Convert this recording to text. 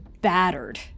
battered